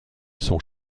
son